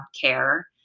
care